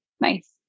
Nice